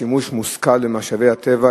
שימוש מושכל במשאבי הטבע,